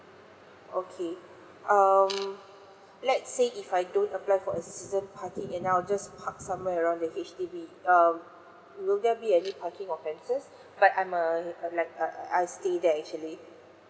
okay um let's say if I don't apply for a season parking and I'll just park somewhere around the H_D_B err will there be any parking offences but I'm a like I I I I stay there actually